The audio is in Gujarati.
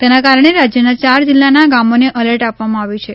તેના કારણે રાજ્ય ના ચાર જીલ્લાનાં ગામોને એલર્ટ આપવામાં આવ્યું છે